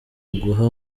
uguha